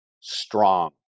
strong